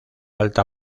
alta